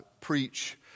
preach